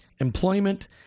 employment